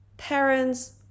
Parents